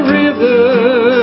river